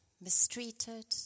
mistreated